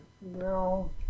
No